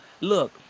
look